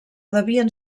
devien